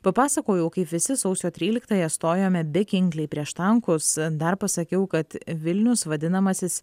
papasakojau kaip visi sausio tryliktąją stojome beginkliai prieš tankus dar pasakiau kad vilnius vadinamasis